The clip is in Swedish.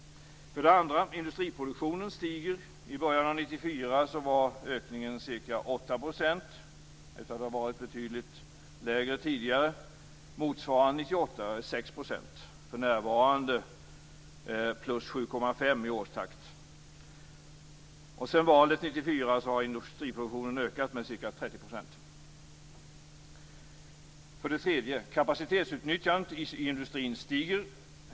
För det andra: "Industriproduktionen stiger." I början av 1994 var ökningen ca 8 %, efter att ha varit betydligt lägre tidigare. Motsvarande för 1998 är 6 % och för närvarande +7,5 % i årstakt. Sedan valet 1994 har industriproduktionen ökat med ca 30 %. För det tredje: "Kapacitetsutnyttjandet i industrin stiger."